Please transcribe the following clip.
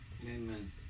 Amen